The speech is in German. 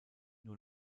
nur